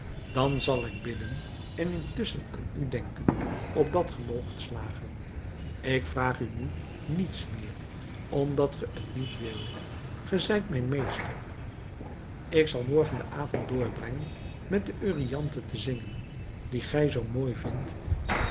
dan zal ik bidden en intusschen aan u denken opdat ge moogt slagen ik vraag u nu niets meer omdat ge t niet wilt ge zijt mijn meester ik zal morgen den avond doorbrengen met de euryanthe te zingen die gij zoo mooi vindt